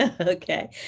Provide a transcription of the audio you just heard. Okay